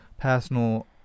personal